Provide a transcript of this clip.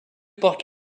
porte